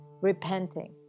repenting